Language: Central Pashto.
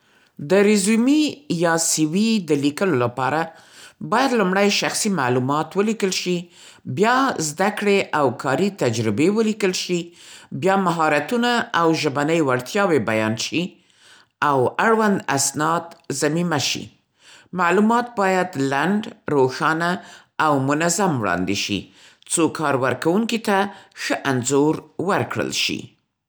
د ریزومې یا سي وي د لیکلو لپاره باید لومړی شخصي معلومات ولیکل شي، بیا زده‌کړې او کاري تجربې ولیکل شي، بیا مهارتونه او ژبنۍ وړتیاوې بیان شي، او اړوند اسناد ضمیمه شي. معلومات باید لنډ، روښانه او منظم وړاندې شي څو کار ورکوونکي ته ښه انځور ورکړل شي.